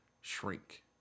shrink